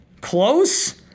close